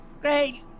Great